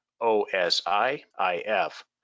O-S-I-I-F